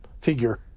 figure